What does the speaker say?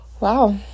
Wow